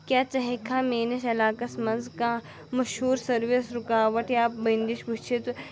کیٛاہ ژٕ ہیٚکِکھا میٛٲنِس علاقس منٛز کانٛہہ مشہوٗر سٔروِس رُکاوٹ یا بٔنٛدِش وُِچھِتھ